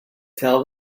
tell